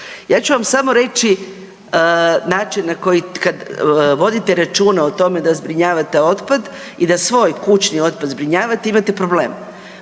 Ja ću vam samo reći način na koji, kad vodite računa o tome da zbrinjavate otpad i da svoj kućni otpad zbrinjavate imate problem.